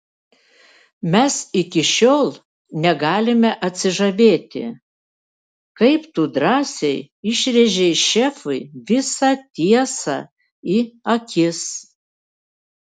mes iki šiol negalime atsižavėti kaip tu drąsiai išrėžei šefui visą tiesą į akis